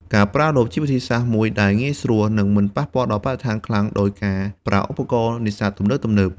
ការប្រើលបជាវិធីសាស្ត្រមួយដែលងាយស្រួលនិងមិនប៉ះពាល់ដល់បរិស្ថានខ្លាំងដូច ការប្រើឧបករណ៍នេសាទទំនើបៗ។